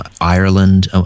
Ireland